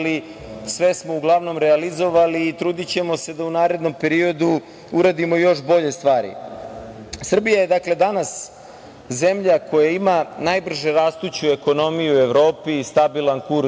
sve smo uglavnom realizovali i trudićemo se da u narednom periodu uradimo još bolje stvari. Srbija je danas zemlja koja ima najbrže rastuću ekonomiju u Evropi i stabilan kurs